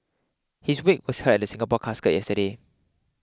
his wake was held at the Singapore Casket yesterday